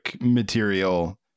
material